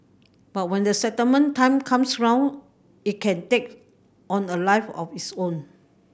but when the settlement time comes around it can take on a life of its own